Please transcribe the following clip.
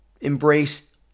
embrace